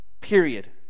Period